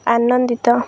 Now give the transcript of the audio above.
ଆନନ୍ଦିତ